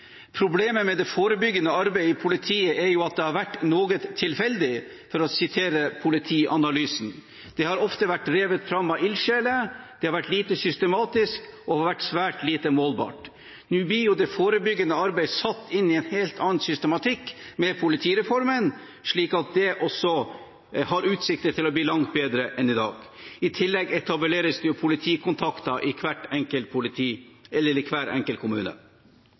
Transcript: Problemet med det forebyggende arbeidet i politiet er at det har vært noe tilfeldig, ifølge Politianalysen. Det har ofte vært drevet fram av ildsjeler, det har vært lite systematisk, og det har vært svært lite målbart. Nå, med politireformen, blir det forebyggende arbeidet satt inn i en helt annen systematikk, slik at det også har utsikter til å bli langt bedre enn i dag. I tillegg etableres det politikontakter i hver enkelt